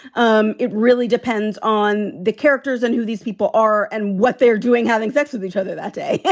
um it really depends on the characters and who these people are and what they're doing. having sex with each other that day. yeah